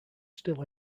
still